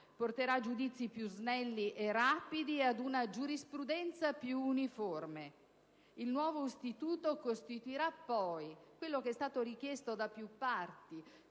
Il nuovo istituto costituirà poi ciò che è stato richiesto da più parti